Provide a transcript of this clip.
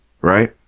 right